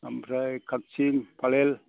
ओमफ्राय खाबसिन फालेल